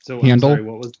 Handle